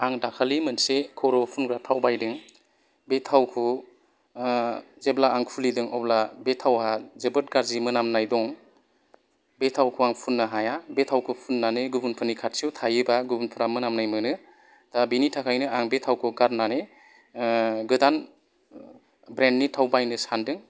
आं दाखालि मोनसे खर'आव फुनग्रा थाव बायदों बे थावखौ जेब्ला आं खुलिदों अब्ला बे थावआ जोबोद गाज्रि मोनामनाय दं बे थावखौ आं फुननो हाया बे थावखौ फुननानै गुबुनफोरनि खाथियाव थायोबा गुबुनफ्रा मोनामनाय मोनो दा बिनि थाखायनो आं बे थावखौ गारनानै गोदान ब्रेन्दनि थाव बायनो सानदों